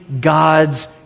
God's